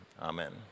Amen